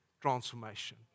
transformation